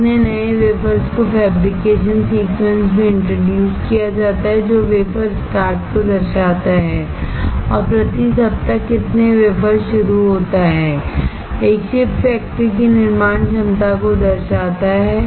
कितने नए वेफरर्स को फैब्रिकेशन सीक्वेंस में इंट्रोड्यूस किया जाता है जो वेफर स्टार्ट को दर्शाता है और प्रति सप्ताह कितने वेफर्स शुरू होता है एक चिप फैक्ट्री की निर्माण क्षमता को दर्शाता है